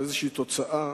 לתוצאה